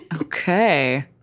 Okay